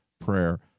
prayer